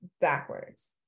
backwards